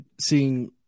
seeing